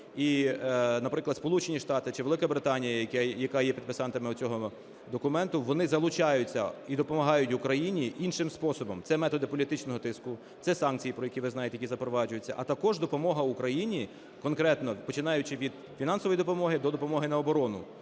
І, наприклад, Сполучені Штати чи Велика Британія, які є підписантами цього документу, вони залучаються і допомагають Україні іншим способом. Це методи політичного тиску, це санкції, про які ви знаєте, які запроваджуються, а також допомога Україні конкретно, починаючи від фінансової допомоги, до допомоги на оборону,